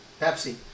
Pepsi